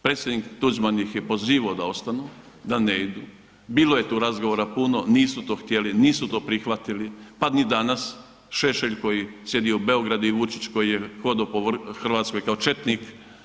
Predsjednik Tuđman ih pozivao da ostanu, da ne idu, bilo je tu razgovora puno, nisu to htjeli, nisu to prihvatili pa ni danas Šešelj koji sjedi u Beogradu i Vučić koji je hodao po Hrvatskoj ka četnik.